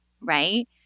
right